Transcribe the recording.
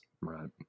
Right